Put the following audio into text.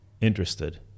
interested